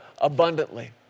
abundantly